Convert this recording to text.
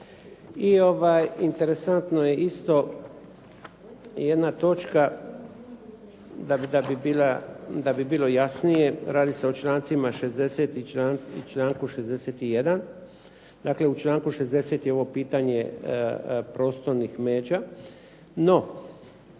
I interesantno je isto jedna točka da bi bilo jasnije, radi se o člancima 60. i članku 61. Dakle, u članku 60. je ovo pitanje prostornih međa. No